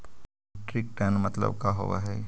Metric ton मतलब का होव हइ?